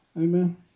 Amen